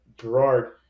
Gerard